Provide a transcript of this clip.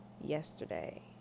yesterday